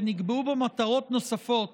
ונקבעו בו מטרות נוספות